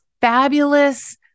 fabulous